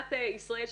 במדינת ישראל,